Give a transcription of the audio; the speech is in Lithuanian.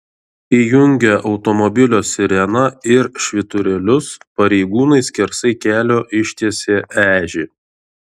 įjungę automobilio sireną ir švyturėlius pareigūnai skersai kelio ištiesė ežį